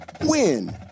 WIN